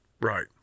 Right